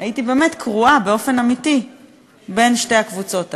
הייתי באמת קרועה באופן אמיתי בין שתי הקבוצות האלה.